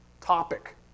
topic